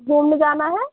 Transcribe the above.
घूमने जाना है